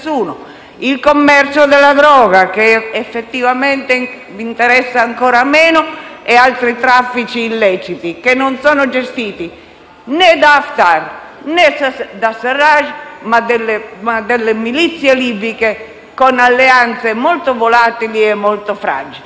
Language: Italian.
il commercio della droga (che effettivamente interessa ancora meno) e altri traffici illeciti, che non sono gestiti né da Haftar, né da al-Sarraj, ma dalle milizie libiche, con alleanze molto volatili e molto fragili.